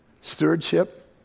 Stewardship